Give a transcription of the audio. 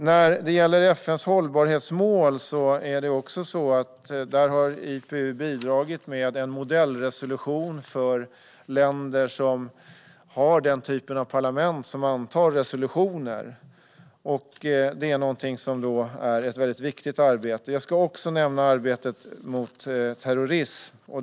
När det gäller FN:s hållbarhetsmål har IPU bidragit med en modellresolution för länder som har den typen av parlament som antar resolutioner. Det är ett mycket viktigt arbete. Jag ska också nämna arbetet mot terrorism.